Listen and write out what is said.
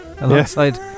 alongside